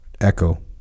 Echo